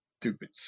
stupid